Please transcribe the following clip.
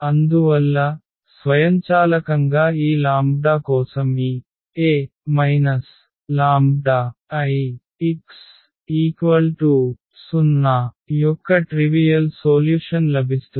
అందువల్ల స్వయంచాలకంగా ఈ లాంబ్డా కోసం ఈ A λIx0యొక్క నాన్ ట్రివియల్ సోల్యుషన్ లభిస్తుంది